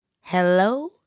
Hello